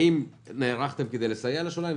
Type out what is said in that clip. האם נערכתם כדי לסייע לשוליים?